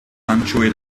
handschuhe